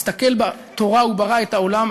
הסתכל בתורה וברא את העולם.